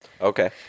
Okay